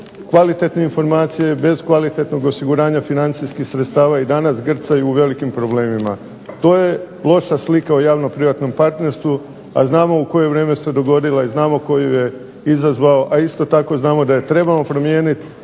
kvalitetne informacije, bez kvalitetnog osiguranja financijskih sredstava i danas grcaju u velikim problemima. To je loša slika o javno privatnom partnerstvu a znamo u koje vrijeme se dogodila i znamo tko ju je izazvao a isto tako znamo da je trebamo promijeniti